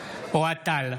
אוהד טל,